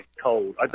cold